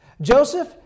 Joseph